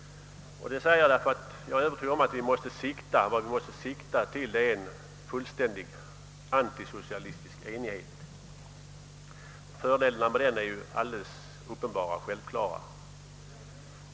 Detta säger jag därför att jag är övertygad om att vad vi måste sikta till är en fullständig antisocialistisk enighet. Fördelarna med en sådan är uppenbara och självklara.